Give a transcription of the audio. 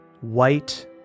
white